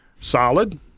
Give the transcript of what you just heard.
solid